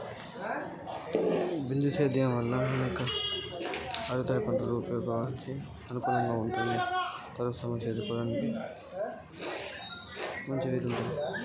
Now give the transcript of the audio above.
బిందు సేద్యం అనేది ఆరుతడి పంటలకు ఉపయోగపడుతుందా నీటి కరువు సమస్యను ఎదుర్కోవడానికి ఒక మంచి పద్ధతి?